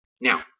Now